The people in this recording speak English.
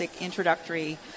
introductory